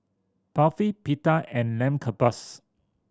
Barfi Pita and Lamb Kebabs